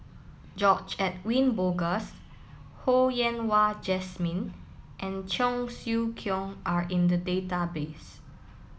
George Edwin Bogaars Ho Yen Wah Jesmine and Cheong Siew Keong are in the database